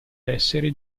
essere